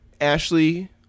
Ashley